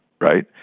right